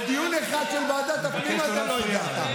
לדיון אחד של ועדת הפנים לא הגעת.